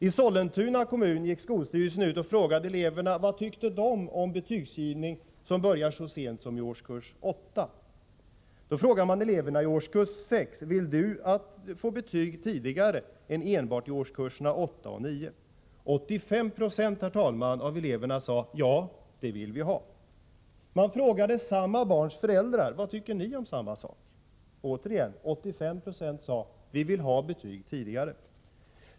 I Sollentuna kommun har skolstyrelsen gått ut och frågat eleverna vad de tyckte om betygsgivning som börjar så sent som i årskurs 8. Man ställde följande fråga till eleverna i årskurs 6: Vill du få betyg tidigare, och inte enbart i årskurserna 8 och 9? 85 26 av elverna sade: Ja, det vill vi. Man frågade också barnens föräldrar om samma sak. Återigen blev det 85 Z6 som sade: Vi vill ha betyg tidigare.